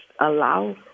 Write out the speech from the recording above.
allow